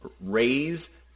Raise